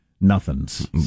nothings